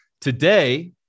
Today